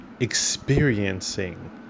experiencing